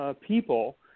people